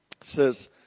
says